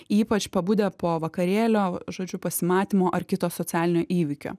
ypač pabudę po vakarėlio žodžiu pasimatymo ar kito socialinio įvykio